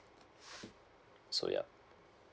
so yeah